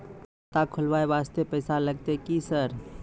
खाता खोलबाय वास्ते पैसो लगते की सर?